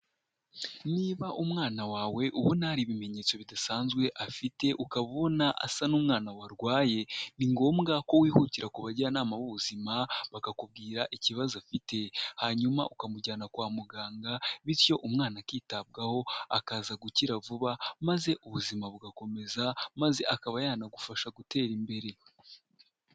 Niba umwana wawe ubona hari ibimenyetso bidasanzwe afite ukabona asa n'umwana warwaye ni ngombwa ko wihutira ku bajyanama b'ubuzima bakakubwira ikibazo afite hanyuma ukamujyana kwa muganga bityo umwana akitabwaho akaza gukira vuba maze ubuzima bugakomeza maze akaba yanagufasha gutera imbere.